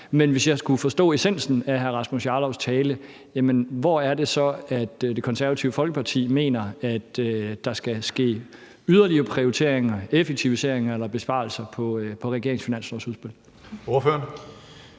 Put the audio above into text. Men hvis jeg skulle forstå essensen af hr. Rasmus Jarlovs tale, hvor er det så, Det Konservative Folkeparti mener at der skal ske yderligere prioriteringer, effektiviseringer eller besparelser i regeringens finanslovsudspil?